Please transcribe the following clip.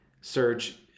search